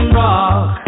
rock